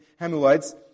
Hamulites